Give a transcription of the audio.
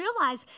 realize